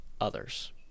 others